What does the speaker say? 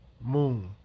moon